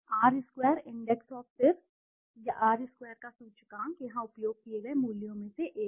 are square index of फिर या R square का सूचकांक यहां उपयोग किए गए मूल्यों में से एक है